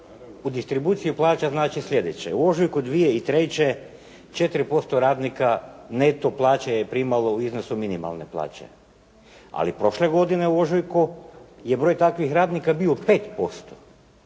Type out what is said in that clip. u distribuciju plaća znači sljedeće. U ožujku 2003. 4% radnika neto plaće je primalo u iznosu minimalne plaće, ali prošle godine u ožujku je broj takvih radnika bio 5%.